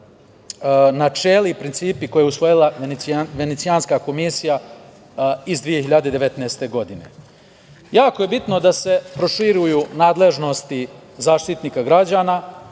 načela i principi koje je usvojila Venecijanska komisija iz 2019. godine. Jako je bitno da se proširuju nadležnosti Zaštitnika građana